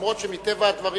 אף-על-פי שמטבע הדברים